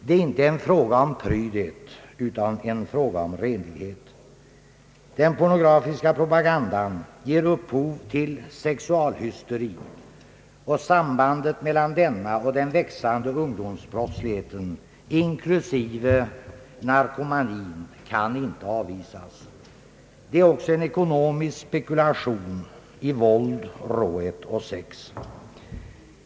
Det är inte en fråga om prydhet, utan en fråga om renlighet. Den. pornografiska propagandan ger upphov till sexualhysteri, och sambandet mellan denna och den växande ungdomsbrottsligheten inklusive narkomanin kan inte avvisas. Det är också en ekonomisk spekulation i våld, råhet och sex.